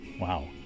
Wow